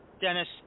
Dennis